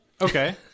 Okay